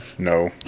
No